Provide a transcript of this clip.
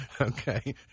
Okay